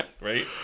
right